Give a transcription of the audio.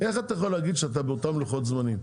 איך אתה יכול להגיד שאתה באותם לוחות זמנים.